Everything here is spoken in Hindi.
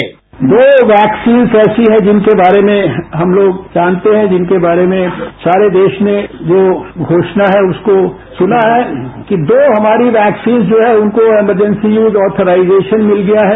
साउंड बाइट दो वैक्सीन्स ऐसी हैं जिनके बारे में हम लोग जानते हैं जिनके बारे में सारे देश ने जो घोषणा है उसको सुना है कि दो हमारी वैक्सीन्स जो है उनको इमरजेंसी यूज ऑथराइजेशन मिल गया है